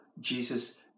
jesus